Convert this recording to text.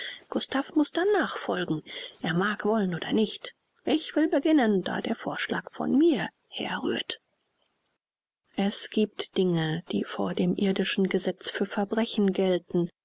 gustav muß dann nachfolgen er mag wollen oder nicht ich will beginnen da der vorschlag von mir herrührt es giebt dinge die vor dem irdischen gesetz für verbrechen gelten